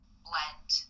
blend